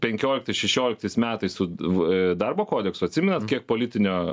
penkioliktais šešioliktais metais su aa darbo kodeksu atsimenat kiek politinio